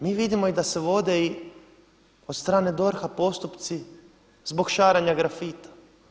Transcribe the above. Mi vidimo da se vode i od strane DORH-a postupci zbog šaranja grafita.